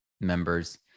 members